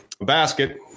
basket